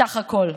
בסך הכול.